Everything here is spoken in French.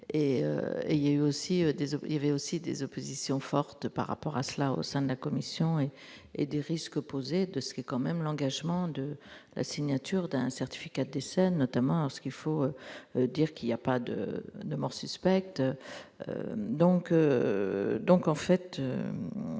il y avait aussi des oppositions fortes par rapport à cela au sein de la commission et et des risques posés de ce qui est quand même l'engagement de signature d'un certificat décès notamment ce qu'il faut dire qu'il y a pas de de morts suspectes, donc, donc, en fait,